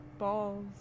balls